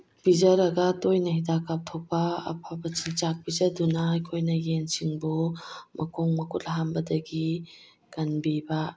ꯄꯤꯖꯔꯒ ꯇꯣꯏꯅ ꯍꯤꯗꯥꯛ ꯀꯥꯞꯊꯣꯛꯄ ꯑꯐꯕ ꯆꯤꯟꯖꯥꯛ ꯄꯤꯖꯗꯨꯅ ꯑꯩꯈꯣꯏꯅ ꯌꯦꯟꯁꯤꯡꯕꯨ ꯃꯈꯣꯡ ꯃꯈꯨꯠ ꯍꯥꯝꯕꯗꯒꯤ ꯀꯟꯕꯤꯕ